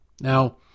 Now